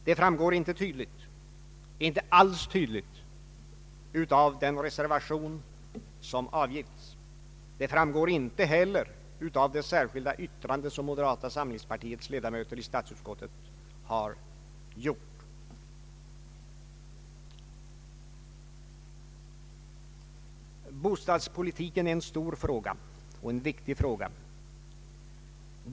Det framgår inte alls tydligt av den reservation som avgivits. Det framgår inte heller av det särskilda yttrandet som moderata samlingspartiets ledamöter i statsutskottet har gjort. Bostadspolitiken är en stor och viktig fråga.